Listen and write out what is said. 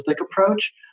approach